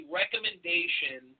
recommendation